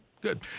Good